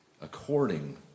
according